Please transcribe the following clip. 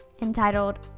entitled